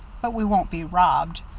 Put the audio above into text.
but we won't be robbed.